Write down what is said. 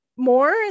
More